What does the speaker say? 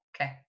Okay